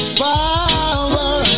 power